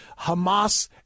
Hamas